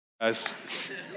Guys